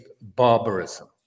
barbarism